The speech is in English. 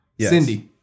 Cindy